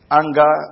anger